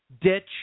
ditch